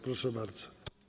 Proszę bardzo.